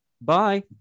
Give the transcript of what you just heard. Bye